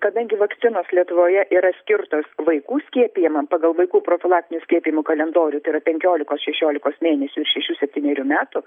kadangi vakcinos lietuvoje yra skirtos vaikų skiepijama pagal vaikų profilaktinių skiepijimų kalendorių tai yra penkiolikos šešiolikos mėnesių ir šešių septynerių metų